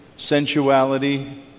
sensuality